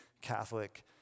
Catholic